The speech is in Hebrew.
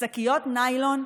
שקיות ניילון,